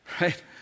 Right